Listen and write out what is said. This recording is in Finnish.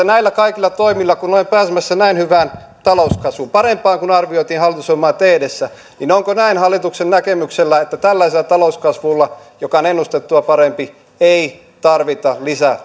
näillä kaikilla toimilla ollaan pääsemässä näin hyvään talouskasvuun parempaan kuin arvioitiin hallitusohjelmaa tehdessä niin onko hallituksen näkemys näin että tällaisella talouskasvulla joka on ennustettua parempi ei tarvita lisää